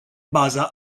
baza